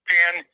Pan